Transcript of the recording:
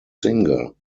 singer